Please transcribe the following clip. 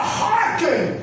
hearken